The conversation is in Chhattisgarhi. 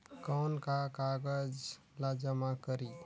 कौन का कागज ला जमा करी?